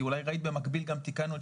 כי אולי ראית במקביל גם תיקנו את